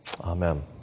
Amen